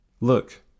look